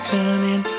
Turning